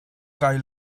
kai